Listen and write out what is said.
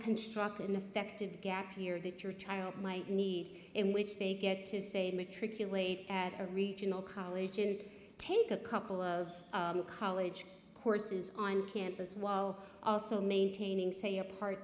construct an effective gap year that your child might need in which they get to say matriculate at a regional college and take a couple of college courses on campus while also maintaining say a part